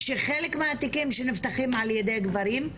שחלק מהתיקים שנפתחים ע"י גברים,